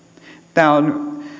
tämä on